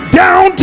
down